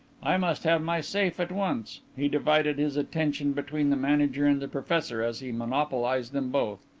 i must have my safe at once. he divided his attention between the manager and the professor as he monopolized them both.